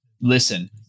listen